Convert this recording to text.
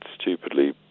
stupidly